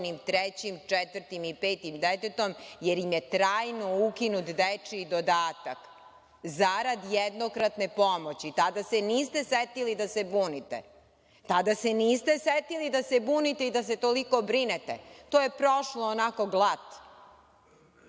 trećim, četvrtim i petim detetom jer im je trajno ukinut dečiji dodatak zarad jednokratne pomoći. Tada se niste setili da se bunite. Tada se niste setili da se bunite i da se toliko brinete. To je prošlo onako glat.Zašto